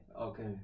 Okay